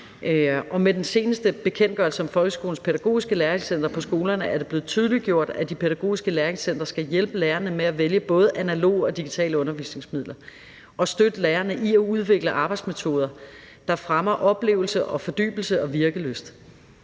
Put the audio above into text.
Med den seneste bekendtgørelse om folkeskolens pædagogiske læringscentre er det blevet tydeliggjort, at de pædagogiske læringscentre skal hjælpe lærerne med at vælge både analoge og digitale undervisningsmidler og støtte lærerne i at udvikle arbejdsmetoder, der fremmer oplevelse, fordybelse og virkelyst.